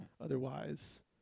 Otherwise